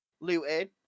looted